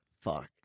Fuck